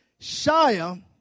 Shia